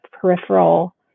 peripheral